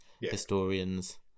Historians